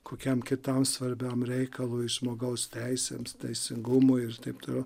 kokiam kitam svarbiam reikalui žmogaus teisėms teisingumui ir taip toliau